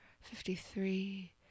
fifty-three